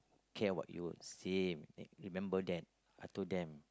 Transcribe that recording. care what you've seen remember them I told them